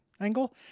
angle